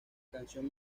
canción